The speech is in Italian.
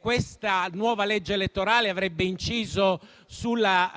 come la nuova legge elettorale avrebbe inciso sulla